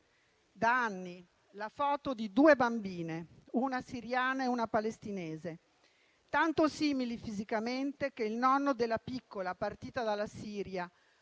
da anni la foto di due bambine, una siriana e una palestinese, tanto simili fisicamente che il nonno della piccola partita dalla Siria